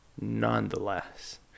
nonetheless